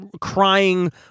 crying